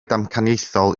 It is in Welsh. damcaniaethol